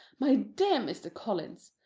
my dear mr. collins,